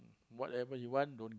whatever you want don't